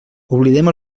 oblidem